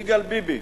יגאל ביבי,